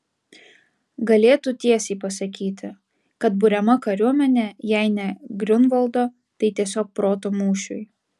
galėtų tiesiai pasakyti kad buriama kariuomenė jei ne griunvaldo tai tiesiog proto mūšiui